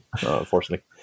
Unfortunately